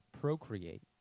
procreate